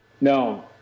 No